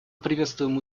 приветствуем